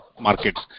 markets